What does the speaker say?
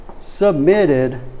submitted